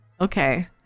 Okay